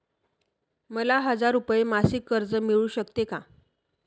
मला हजार रुपये मासिक कर्ज मिळू शकते का?